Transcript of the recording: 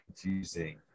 confusing